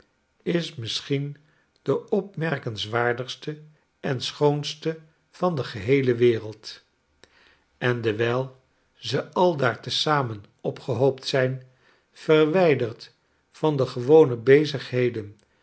is misschien de opmerkenswaardigste en schoonste van de geheele wereld en dewijl ze aldaar te zamen opgehoopt zijn verwljderd van de gewone bezigheden